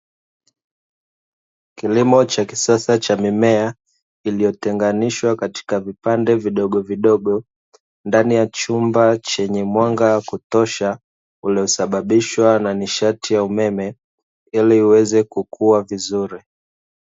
Kilimo cha kisasa cha mimea iliyotenganishwa katika vipande vidogo vidogo ndani ya chumba chenye mwanga wa kutosha, uliosababishwa na nishati ya umeme ili uweze kukua vizuri.